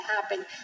happen